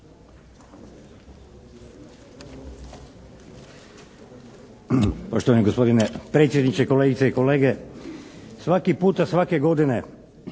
Poštovani gospodine predsjedniče, kolegice i kolege. Svaki puta svake godine